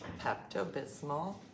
Pepto-Bismol